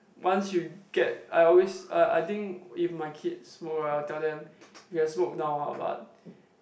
once you get I always I I think if my kids smoke right I will tell them you can smoke now ah but